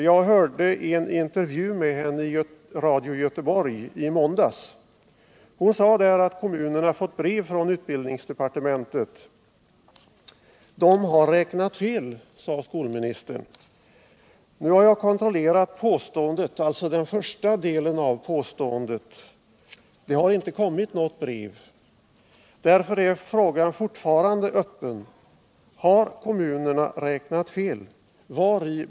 Jag hörde en intervju med henne i Radio Göteborg i måndags. Hon sade då att kommunerna fått brev från utbildningsdepartementer. De har räknat fel, sade skolministern. Nu har jag kontrollerat den första delen av påståendet. Det har inte kommit något brev. Därför är frågan fortfarande öppen. Har kommunerna räknat fel?